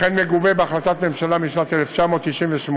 ומגובה בהחלטת ממשלה משנת 1998,